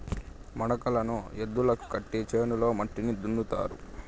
మడకలను ఎద్దులకు కట్టి చేనులో మట్టిని దున్నుతారు